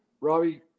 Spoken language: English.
Robbie